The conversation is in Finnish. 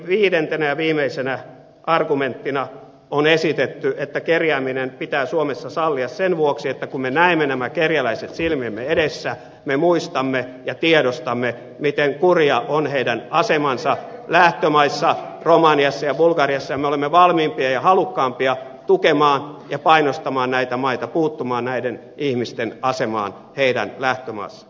viidentenä ja viimeisenä argumenttina on esitetty että kerjääminen pitää suomessa sallia sen vuoksi että kun me näemme nämä kerjäläiset silmiemme edessä me muistamme ja tiedostamme miten kurja on heidän asemansa lähtömaissa romaniassa ja bulgariassa ja me olemme valmiimpia ja halukkaampia tukemaan ja painostamaan näitä maita puuttumaan näiden ihmisten asemaan heidän lähtömaassaan